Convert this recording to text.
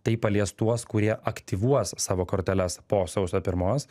tai palies tuos kurie aktyvuos savo korteles po sausio pirmos